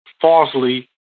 falsely